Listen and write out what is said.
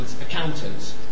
accountants